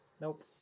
nope